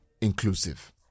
inclusive